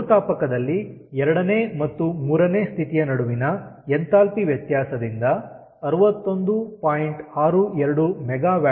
ಮರುತಾಪಕದಲ್ಲಿ 2ನೇ ಮತ್ತು 3ನೇ ಸ್ಥಿತಿಯ ನಡುವಿನ ಎಂಥಾಲ್ಪಿ ವ್ಯತ್ಯಾಸದಿಂದ 61